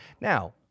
Now